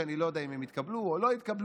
שאני לא יודע אם הם יתקבלו או לא יתקבלו,